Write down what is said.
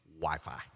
Wi-Fi